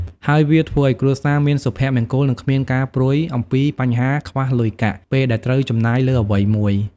ហើយវាធ្វើឲ្យគ្រួសារមានសុភមង្គលនិងគ្មានការព្រួយអំពីបញ្ហាខ្វះលុយកាក់ពេលដែលត្រូវចំណាយលើអ្វីមួយ។